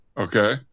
Okay